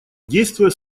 действуя